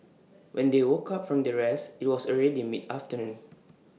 when they woke up from their rest IT was already mid afternoon